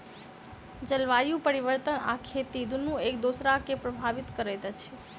जलवायु परिवर्तन आ खेती दुनू एक दोसरा के प्रभावित करैत अछि